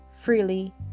freely